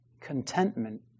Contentment